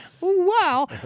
wow